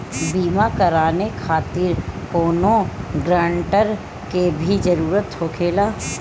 बीमा कराने खातिर कौनो ग्रानटर के भी जरूरत होखे ला?